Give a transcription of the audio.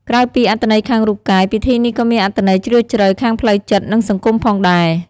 ក្រៅពីអត្ថន័យខាងរូបកាយ ពិធីនេះក៏មានអត្ថន័យជ្រាលជ្រៅខាងផ្លូវចិត្ត និងសង្គមផងដែរ។